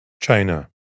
China